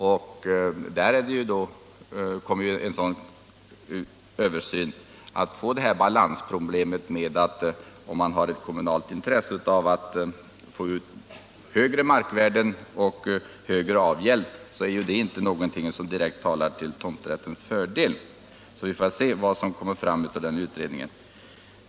En sådan översyn kommer att stöta på balansproblem när en kommun har intresse av att få ut högre markvärden och högre avgäld, samtidigt som man vill utvidga institutets användning. Vi får avvakta vad som kommer fram av den här utredningen.